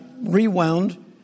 rewound